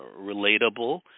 relatable